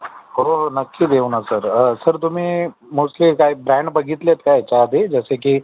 हो हो नक्की देऊ ना सर सर तुम्ही मोस्टली काही ब्रँड बघितले आहेत का याच्याआधी जसे की